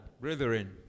Brethren